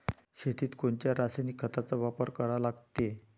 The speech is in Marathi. शेतीत कोनच्या रासायनिक खताचा वापर करा लागते?